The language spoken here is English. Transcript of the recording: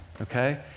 okay